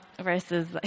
versus